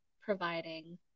providing